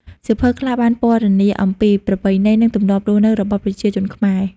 សៀវភៅខ្លះបានពណ៌នាអំពី ប្រពៃណី និង ទម្លាប់រស់នៅ របស់ប្រជាជនខ្មែរ។